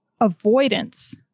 avoidance